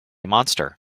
monster